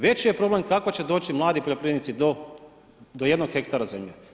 Veći je problem kako će doći mladi poljoprivrednici do jednog hektara zemlje.